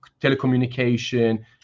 telecommunication